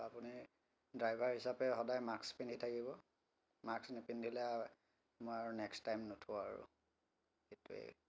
আপুনি ড্ৰাইভাৰ হিচাপে সদায় মাক্স পিন্ধি থাকিব মাক্স নিপিন্ধিলে মই আৰু নেক্সট টাইম নুঠো আৰু সেইটোৱেই